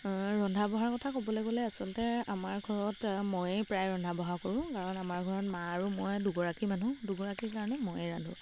ৰন্ধা বঢ়াৰ কথা ক'বলে গ'লে আচলতে আমাৰ ঘৰত ময়ে প্ৰায় ৰন্ধা বঢ়া কৰোঁ কাৰণ আমাৰ ঘৰত মা আৰু মই দুগৰাকী মানুহ দুগৰাকীৰ কাৰণে ময়ে ৰান্ধোঁ